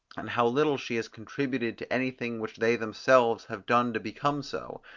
and how little she has contributed to anything which they themselves have done to become so.